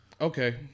Okay